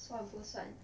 算不算